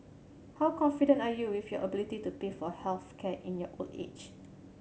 how confident are you with your ability to pay for health care in your old age